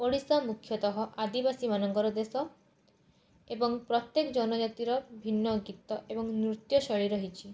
ଓଡ଼ିଶା ମୁଖ୍ୟତଃ ଆଦିବାସୀମାନଙ୍କର ଦେଶ ଏବଂ ପ୍ରତ୍ୟେକ ଜନଜାତିର ଭିନ୍ନ ଗୀତ ଏବଂ ନୃତ୍ୟ ଶୈଳୀ ରହିଛି